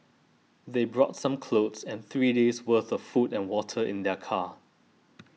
they brought some clothes and three days' worth of food and water in their car